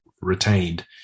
retained